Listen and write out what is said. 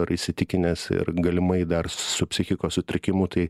ar įsitikinęs ir galimai dar su psichikos sutrikimu tai